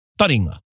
Taringa